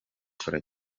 dukora